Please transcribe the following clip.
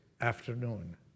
afternoon